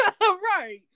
Right